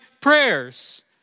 prayers